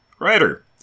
Writer